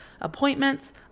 appointments